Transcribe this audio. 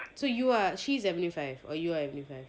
so you are she is at unit five or you are at unit five